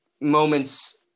moments